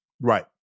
Right